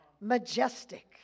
majestic